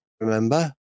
remember